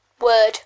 word